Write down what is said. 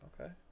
okay